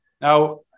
Now